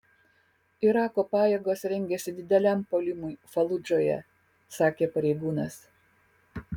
irako pajėgos rengiasi dideliam puolimui faludžoje sakė pareigūnas